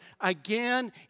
again